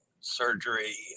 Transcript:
surgery